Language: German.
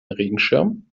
regenschirm